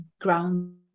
ground